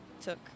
took